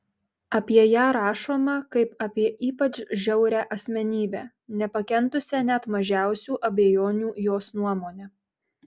apie ją rašoma kaip apie ypač žiaurią asmenybę nepakentusią net mažiausių abejonių jos nuomone